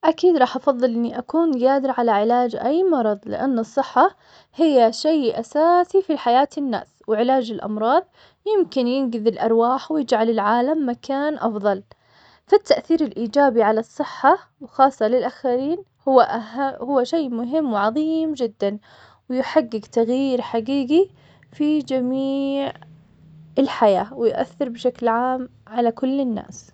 اكيد راح افظل اني اكون قادرة على علاج اي مرض لان الصحة هي شي اساسي في حياة الناس وعلاج الامراض يمكن ينقذ الارواح ويجعل العالم مكان افضل فالتأثير الايجابي على الصحة وخاصة للاخرين هو هو شي مهم وعظيم جدا تغيير حقيقي في جميع الحياة ويؤثر بشكل عام على كل الناس